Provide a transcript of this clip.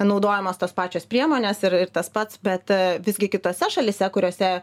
panaudojamas tos pačios priemonės ir tas pats bet visgi kitose šalyse kuriose